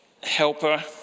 helper